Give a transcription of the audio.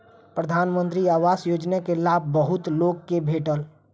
प्रधानमंत्री आवास योजना के लाभ बहुत लोक के भेटल